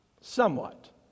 somewhat